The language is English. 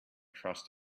trust